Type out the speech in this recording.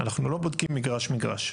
אנחנו לא בודקים מגרש מגרש.